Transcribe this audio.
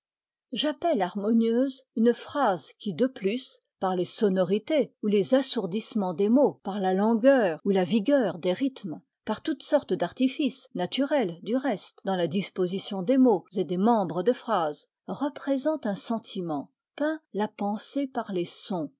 j'appelle harmonieuse une phrase qui de plus par les sonorités ou les assourdissements des mots par la langueur ou la vigueur des rythmes par toutes sortes d'artifices naturels du reste dans la disposition des mots et des membres de phrases représente un sentiment peint la pensée par les sons